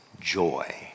joy